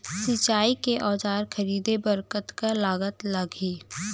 सिंचाई के औजार खरीदे बर कतका लागत लागही?